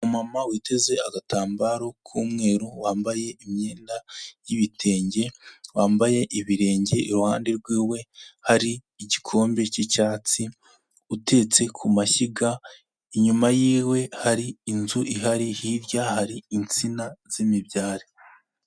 Umumama witeze agatambaro k'umweru, wambaye imyenda y'ibitenge, wambaye ibirenge iruhande rw'iwe hari igikombe cy'icyatsi, utetse ku mashyiga, inyuma y'iwe hari inzu ihari, hirya hari insina z'imibyari.